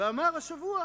ואמר השבוע